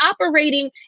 operating